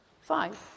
five